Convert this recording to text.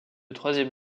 troisième